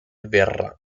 verrà